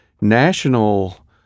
national